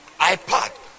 iPad